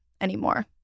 anymore